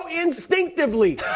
instinctively